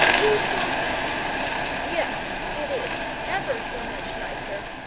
we've got yes it is, ever so much nicer,